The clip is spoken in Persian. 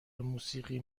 موسیقی